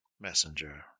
messenger